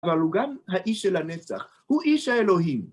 אבל הוא גם האיש של הנצח, הוא איש האלוהים.